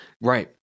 Right